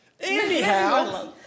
Anyhow